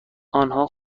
آنها